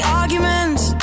arguments